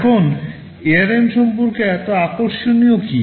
এখন ARM সম্পর্কে এত আকর্ষণীয় কী